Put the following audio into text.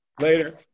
Later